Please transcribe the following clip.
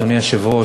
אדוני היושב-ראש,